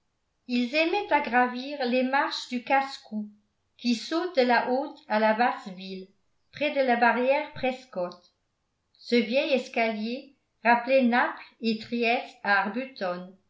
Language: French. ils aimaient à gravir les marches du casse-cou qui sautent de la haute à la basse ville près de la barrière prescott ce vieil escalier rappelait